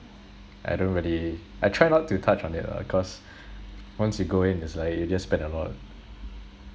I don't really I try not to touch on it lah cause once you go in it's like you just spend a lot